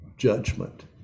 judgment